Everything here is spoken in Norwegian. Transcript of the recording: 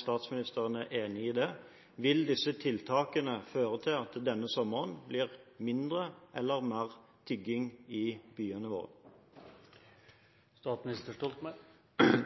statsministeren er enig i det. Vil disse tiltakene føre til at det denne sommeren blir mindre eller mer tigging i byene våre?